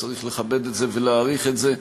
צריך לכבד את זה ולהעריך את זה.